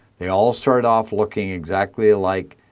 they all start off looking exactly alike.